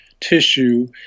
tissue